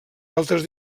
altres